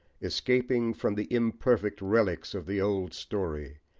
escaping from the imperfect relics of the old story,